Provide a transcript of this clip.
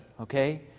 Okay